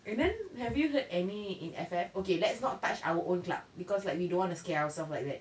and then have you heard any in F_F okay let's not touch our own club because like we don't want to scare ourself like that